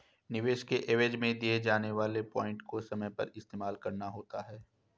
निवेश के एवज में दिए जाने वाले पॉइंट को समय पर इस्तेमाल करना होता है